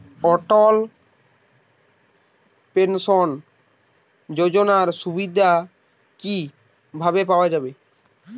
অটল pension যোজনার সুবিধা কি ভাবে পাওয়া যাবে?